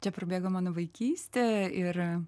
čia prabėgo mano vaikystė yra